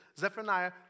Zephaniah